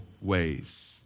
ways